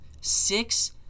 Six